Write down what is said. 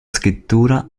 scrittura